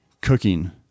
cooking